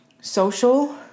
Social